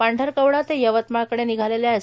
पांढरकवडा ते यवतमाळकडे निघालेल्या एस